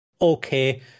okay